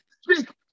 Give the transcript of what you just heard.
speak